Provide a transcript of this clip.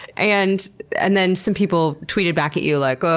and and then some people tweeted back at you like, oh,